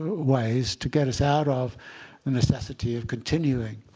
ways to get us out of the necessity of continuing